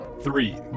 Three